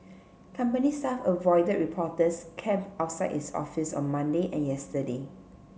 company staff avoided reporters camped outside its office on Monday and yesterday